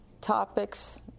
topics